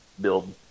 Build